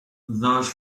those